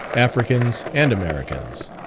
africans, and americans.